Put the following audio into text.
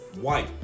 white